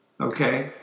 Okay